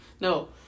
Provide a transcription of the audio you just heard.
no